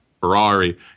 Ferrari